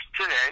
today